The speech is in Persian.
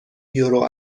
یورو